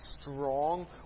strong